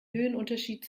höhenunterschied